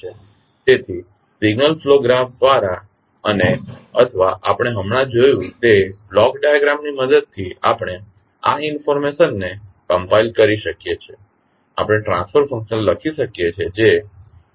તેથી signal flow graph દ્વારા અને અથવા આપણે હમણાં જોયું તે બ્લોક ડાયાગ્રામની મદદથી આપણે આ માહિતી ને કમ્પાઇલ કરી શકીએ છીએ આપણે ટ્રાન્સફર ફંક્શન લખી શકીએ છીએ જે EcEછે